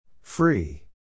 Free